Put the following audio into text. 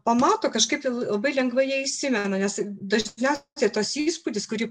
pamato kažkaip tai labai lengvaijie įsimena nes dažniausia toks įspūdis kurį